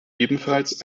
ebenfalls